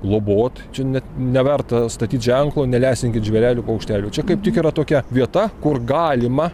globot čia net neverta statyt ženklo nelesinkit žvėrelių paukštelių čia kaip tik yra tokia vieta kur galima